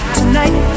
tonight